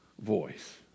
voice